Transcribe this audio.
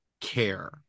care